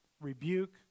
rebuke